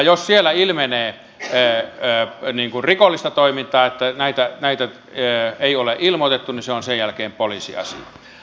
jos siellä ilmenee rikollista toimintaa että näitä ei ole ilmoitettu niin se on sen jälkeen poliisiasia